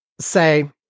Say